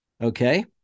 Okay